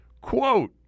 quote